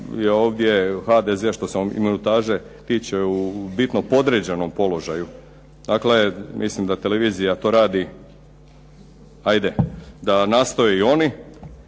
HDZ što se minutaže tiče u bitno podređenom položaju. Dakle, mislim da televizija to radi, ajde da nastoje i oni